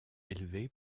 élevée